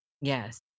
Yes